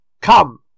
Come